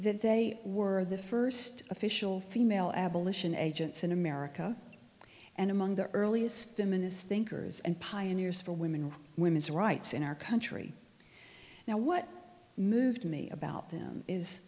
that they were the first official female abolition agents in america and among the earliest feminist thinkers and pioneers for women or women's rights in our country now what moved me about them is